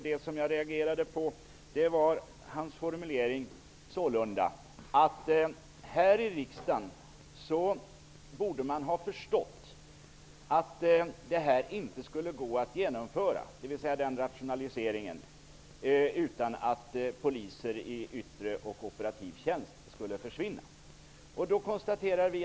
Det jag reagerade emot var hans påstående om att vi här i riksdagen borde ha förstått att rationaliseringen inte skulle gå att genomföra utan att poliser i yttre och operativ tjänst skulle försvinna.